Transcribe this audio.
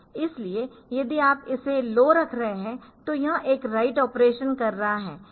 इसलिए यदि आप इसे लो रख रहे है तो यह एक राइट ऑपरेशन कर रहा है